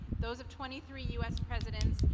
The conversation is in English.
those of twenty three us presidents,